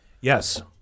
Yes